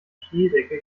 schneedecke